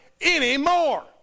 anymore